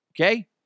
okay